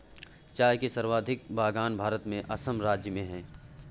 चाय के सर्वाधिक बगान भारत में असम राज्य में है